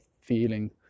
feeling